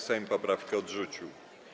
Sejm poprawkę odrzucił.